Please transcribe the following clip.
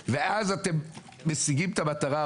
הדרך לגיהנום רצופה כוונות טובות.